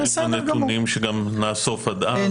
עם הנתונים שנאסוף עד אז,